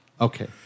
Okay